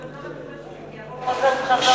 כי הכול חוזר בחזרה.